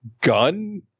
gun